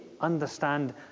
understand